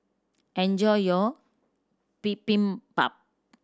enjoy your Bibimbap